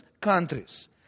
countries